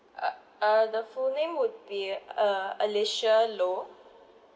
uh uh the full name would be uh alicia low